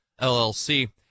LLC